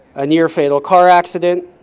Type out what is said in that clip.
a near fatal car accident,